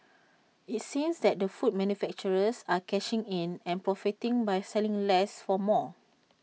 IT seems that food manufacturers are cashing in and profiting by selling less for more